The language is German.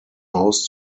haus